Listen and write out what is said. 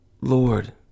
Lord